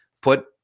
put